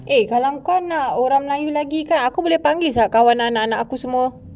eh kalau kau nak orang melayu lagi kan aku boleh panggil sia kawan anak-anak aku semua